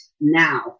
now